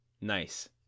Nice